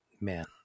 man